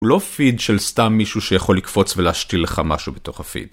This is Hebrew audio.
הוא לא פיד של סתם מישהו שיכול לקפוץ ולהשתיל לך משהו בתוך הפיד.